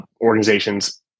organizations